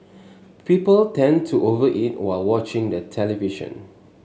people tend to over eat while watching the television